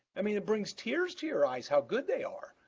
i mean, it brings tears to your eyes how good they are.